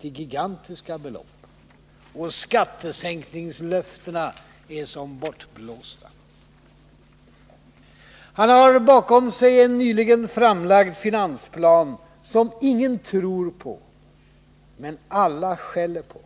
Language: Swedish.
till gigantiska belopp, och skattesänkningslöftena är som bortblåsta. Han har bakom sig en nyligen framlagd finansplan som ingen tror på men alla skäller på.